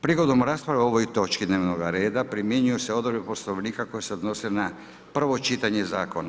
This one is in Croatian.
Prigodom rasprave o ovoj točki dnevnoga reda primjenjuju se odredbe Poslovnika koje se odnose na prvo čitanje Zakona.